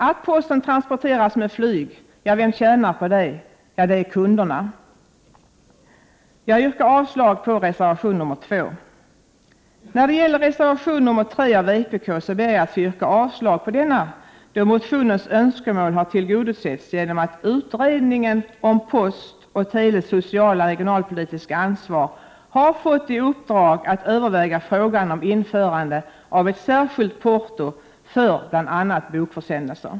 Att posten transporteras med flyg, vem tjänar på det? Jo, det är kunderna. Jag yrkar avslag på reservation 2. När det gäller reservation 3 av vpk ber jag att få yrka avslag på denna, då motionärernas önskemål har tillgodosetts genom att utredningen om postens och televerkets sociala och regionalpolitiska ansvar har fått i uppdrag att överväga frågan om införande av ett särskilt porto för bl.a. bokförsändelser.